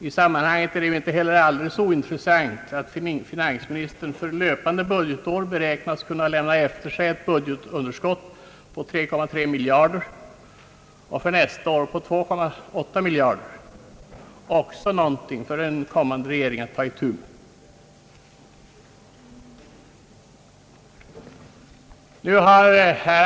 I sammanhanget är det inte heller alldeles ointressant att finansministern för det löpande budgetåret beräknas kunna lämna efter sig ett budgetunderskott på 3,3 miljarder kronor och för nästa år på 2,8 miljarder kronor — också någonting för en kommande regering att ta itu med.